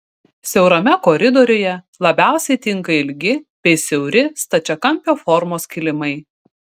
siaurame koridoriuje labiausiai tinka ilgi bei siauri stačiakampio formos kilimai